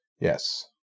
Yes